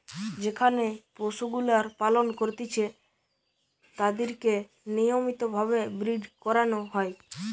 যেখানে পশুগুলার পালন করতিছে তাদিরকে নিয়মিত ভাবে ব্রীড করানো হয়